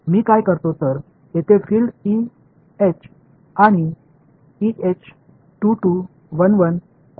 मी काय करतो तर येथे फील्ड ई एच आणि ई एच 22 11 कुठे